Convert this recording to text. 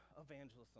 evangelism